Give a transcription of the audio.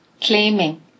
claiming